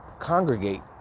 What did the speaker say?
congregate